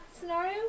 scenario